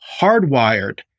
hardwired